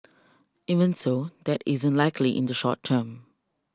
even so that isn't likely in the short term